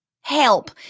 help